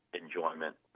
enjoyment